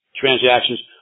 transactions